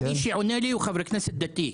מי שעונה לי הוא חבר כנסת דתי.